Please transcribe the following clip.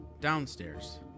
downstairs